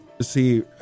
see